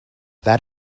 that